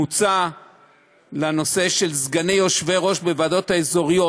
מוצע לנושא של סגני יושבי-ראש בוועדות האזוריות,